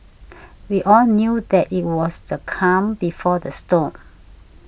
we all knew that it was the calm before the storm